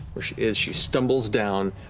where she is, she stumbles down,